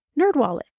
Nerdwallet